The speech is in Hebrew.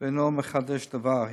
אינו מחדש דבר,